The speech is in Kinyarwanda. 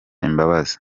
imbabazi